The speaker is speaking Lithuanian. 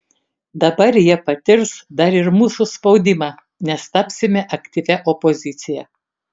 dabar jie patirs dar ir mūsų spaudimą nes tapsime aktyvia opozicija